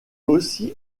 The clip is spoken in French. aussi